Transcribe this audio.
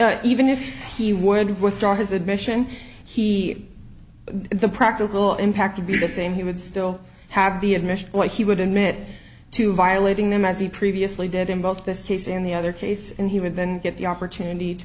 this even if he would withdraw his admission he the practical impact to be the same he would still have the admission what he would admit to violating them as he previously did in both this case and the other case and he would then get the opportunity to